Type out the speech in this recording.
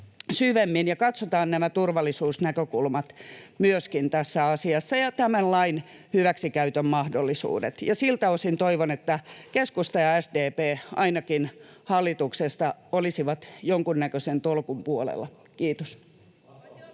syvemmin ja katsotaan nämä turvallisuusnäkökulmat myöskin tässä asiassa ja tämän lain hyväksikäytön mahdollisuudet. Siltä osin toivon, että ainakin keskusta ja SDP hallituksessa olisivat jonkunnäköisen tolkun puolella. — Kiitos.